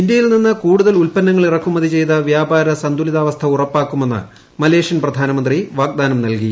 ഇന്ത്യയിൽ നിന്ന് കൂടുതൽ ഉല്പന്നങ്ങൾ ഇറക്കുമതിചെയ്ത്വ്യാപാര സന്തുലിതാവസ്ഥ ഉറപ്പാക്കുമെന്ന് മലേഷ്യൻ പ്രധാനമന്ത്രി വാഗ്ദാനം നൽകി